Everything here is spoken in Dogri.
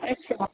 अच्छा